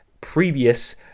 previous